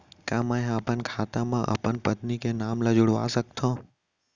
का मैं ह अपन खाता म अपन पत्नी के नाम ला जुड़वा सकथव?